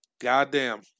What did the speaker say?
Goddamn